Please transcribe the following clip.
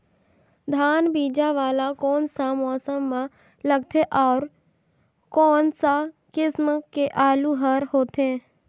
धान बीजा वाला कोन सा मौसम म लगथे अउ कोन सा किसम के आलू हर होथे?